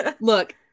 Look